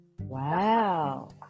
Wow